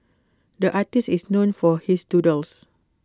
the artist is known for his doodles